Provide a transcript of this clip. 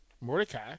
Mordecai